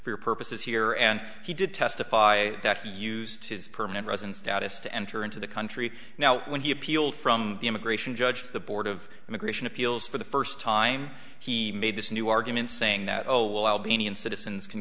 for purposes here and he did testify that he used his permanent residence status to enter into the country now when he appealed from the immigration judge to the board of immigration appeals for the first time he made this new argument saying that oh well i'll be any and citizens can